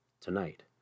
Tonight